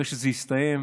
ברגע שזה יסתיים,